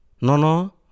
nono